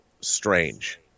strange